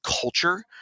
culture